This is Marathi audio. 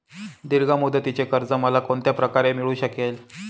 दीर्घ मुदतीचे कर्ज मला कोणत्या प्रकारे मिळू शकेल?